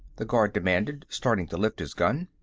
the guard demanded, starting to lift his gun.